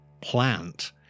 plant